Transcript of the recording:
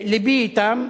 לבי אתם,